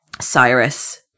Cyrus